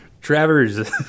Travers